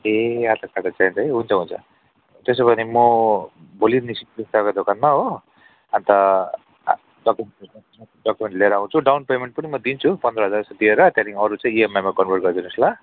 ए आधार कार्डहरू चाहिन्छ है हुन्छ हुन्छ त्यसो भने म भोलि निस्किन्छु तपाईँको दोकानमा हो अन्त डक्युमेन्ट्स डक्युमेन्टहरू लिएर आउँछु डाउन पेमेन्ट पनि म दिन्छु पन्ध्र हजार जस्तो दिएर त्यहाँदेखि अरू चाहिँ ई एम आईमा कन्भर्ट गरिदिनुहोस् ल